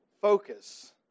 focus